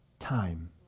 time